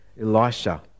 Elisha